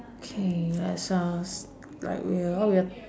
K let's ask like we were what we were